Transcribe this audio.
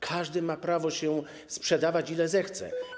Każdy ma prawo sprzedawać, ile zechce.